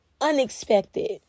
unexpected